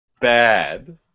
bad